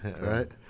right